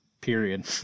period